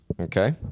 Okay